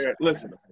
Listen